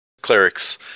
clerics